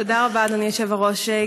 תודה רבה, אדוני היושב-ראש.